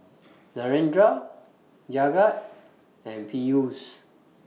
Narendra Jagat and Peyush